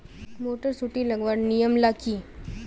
Motor सुटी लगवार नियम ला की?